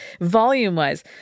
Volume-wise